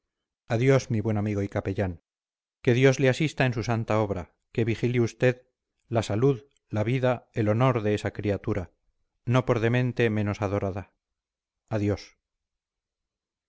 adiós mi buen amigo y capellán que dios le asista en su santa obra que vigile usted la salud la vida el honor de esa criatura no por demente menos adorada adiós